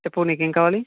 చెప్పు నీకేంకావాలి